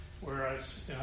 Whereas